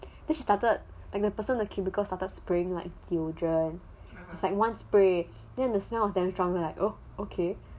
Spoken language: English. then she started like the person in the cubicle started spraying like deodorant it's like one spray then the smell of them stronger like oh okay